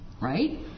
right